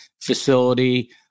facility